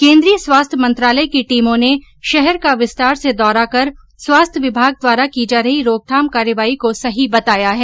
केन्द्रीय स्वास्थ्य मंत्रालय की टीमों ने शहर का विस्तार से दौरा कर स्वास्थ्य विमाग द्वारा की जा रही रोकथाम कार्रवाई को सही बताया है